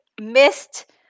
missed